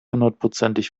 hundertprozentig